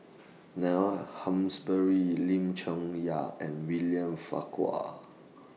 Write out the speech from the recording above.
Neil Lim Chong Yah and William Farquhar